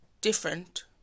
different